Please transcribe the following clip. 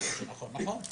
מה שנכון, נכון.